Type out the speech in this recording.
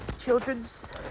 children's